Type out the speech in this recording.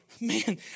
man